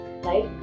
Right